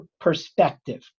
perspective